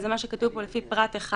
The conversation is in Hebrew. זה מה שכתוב פה לפי פרט (1),